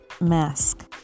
mask